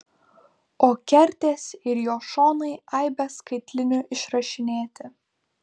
o kertės ir jo šonai aibe skaitlinių išrašinėti